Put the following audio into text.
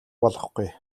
болохгүй